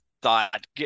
thought